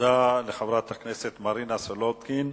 תודה לחברת הכנסת מרינה סולודקין.